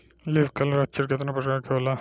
Leaf curl लक्षण केतना परकार के होला?